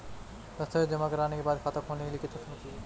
दस्तावेज़ जमा करने के बाद खाता खोलने के लिए कितना समय चाहिए?